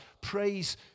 praise